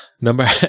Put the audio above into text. number